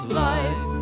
life